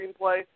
Screenplay